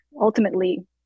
ultimately